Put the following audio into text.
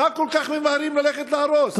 מה כל כך ממהרים ללכת להרוס?